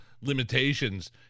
limitations